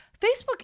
Facebook